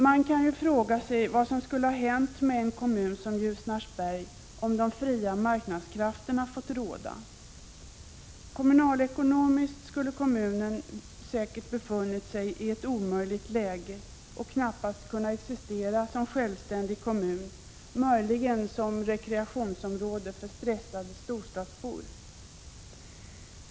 Man kan fråga sig vad som skulle ha hänt med en kommun som Ljusnarsberg om de fria marknadskrafterna fått råda. Kommunalekonomiskt skulle kommunen säkert ha befunnit sig i ett omöjligt läge och knappast kunnat existera som självständig kommun; möjligen som rekreationsområde för stressade storstadsbor.